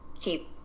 keep